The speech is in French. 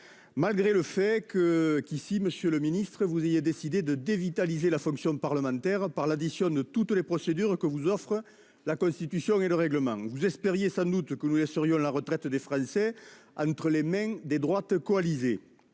malgré le fait que vous ayez décidé de dévitaliser la fonction parlementaire par l'addition de toutes les procédures que vous offrent la Constitution et le règlement. Vous espériez sans doute que nous laisserions la retraite des Français entre les mains des droites coalisées.